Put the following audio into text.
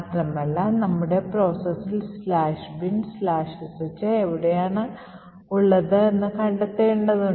മാത്രമല്ല നമ്മുടെ processൽ "binsh" എവിടെയാണുള്ളത് കണ്ടെത്തേണ്ടതുണ്ട്